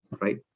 right